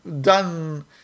done